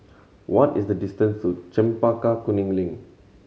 what is the distance to Chempaka Kuning Link